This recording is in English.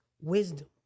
wisdom